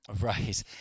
Right